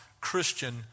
Christian